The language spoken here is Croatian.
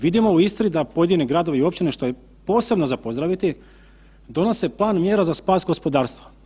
Vidimo u Istri da pojedini gradovi i općine, što je posebno za pozdraviti, donose plan mjera za spas gospodarstva.